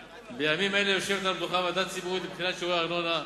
בימים אלה יושבת על המדוכה ועדה ציבורית לבחינת שיעורי הארנונה.